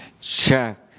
check